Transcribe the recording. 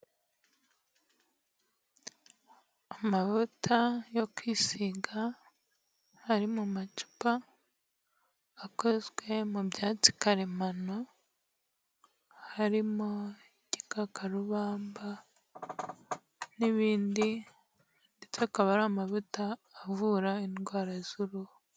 Amavuta yo kwisiga ari mu macupa akozwe mu byatsi karemano, harimo igikakarubamba n'ibindi ndetse akaba ari amavuta avura indwara z'uruhu.